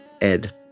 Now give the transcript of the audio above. Ed